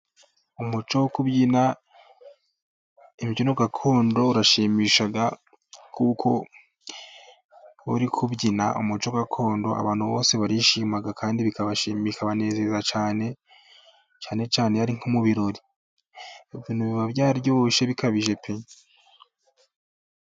Umuco wo kubyina imbyino gakondo urashimisha, kuko uri kubyina umuco gakondo abantu bose barishima, kandi bikabanezeza cyane, cyane cyane iyo ari nko mu birori, ibintu biba byaryoshye, bikabije pe!